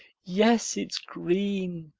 yes, it's green,